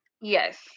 Yes